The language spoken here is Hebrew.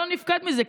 לא נפקד מקומך בזה,